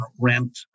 rent